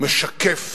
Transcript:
החלל משקף